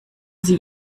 sie